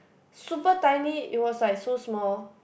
super tiny it was like so small